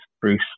Bruce